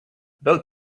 about